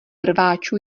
rváčů